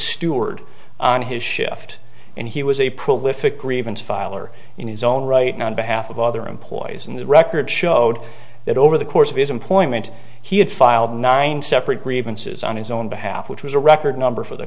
steward on his shift and he was a prolific grievance filer in his own right now on behalf of other employees in the record showed that over the course of his employment he had filed nine separate grievances on his own behalf which was a record number for the